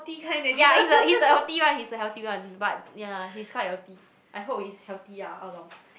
ya he's the he's the healthy one he's the healthy one but ya he's quite healthy I hope he's healthy ah all along